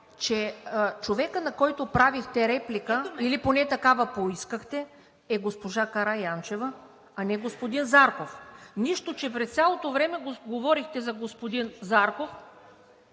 че човекът, на който правихте реплика, или поне такава поискахте, е госпожа Караянчева, а не господин Зарков. Нищо, че през цялото време говорихте за господин Зарков,